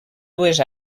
dues